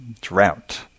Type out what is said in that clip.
drought